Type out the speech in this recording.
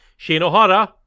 Shinohara